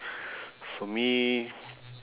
for me